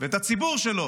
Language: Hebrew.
ואת הציבור שלו